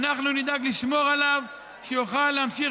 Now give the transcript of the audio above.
אנחנו נדאג לשמור עליו שיוכל להמשיך